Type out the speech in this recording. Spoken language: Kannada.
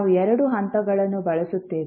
ನಾವು ಎರಡು ಹಂತಗಳನ್ನು ಬಳಸುತ್ತೇವೆ